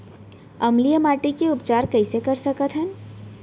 अम्लीय माटी के उपचार कइसे कर सकत हन?